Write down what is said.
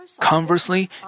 Conversely